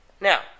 now